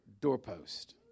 doorpost